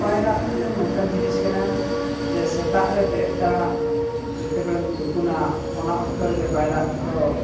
ᱯᱟᱭᱨᱟᱜ ᱢᱤᱫᱴᱟᱝ ᱱᱚᱝᱠᱟᱱ ᱡᱤᱱᱤᱥ ᱠᱟᱱᱟ ᱡᱮ ᱥᱮᱛᱟᱜ ᱨᱮ ᱵᱮᱨᱮᱫ ᱛᱚᱨᱟ ᱡᱮᱛᱮ ᱵᱮᱲᱮᱢ ᱛᱩᱯᱩᱱᱟ ᱚᱱᱟ ᱚᱠᱛᱚ ᱨᱮᱜᱮ ᱯᱟᱭᱨᱟᱜ ᱫᱚ